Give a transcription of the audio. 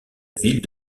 ville